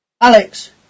Alex